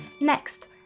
Next